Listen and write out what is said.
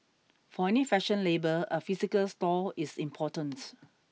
for any fashion label a physical store is important